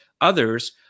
Others